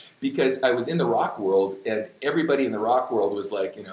because i was in the rock world and everybody in the rock world was like, you know,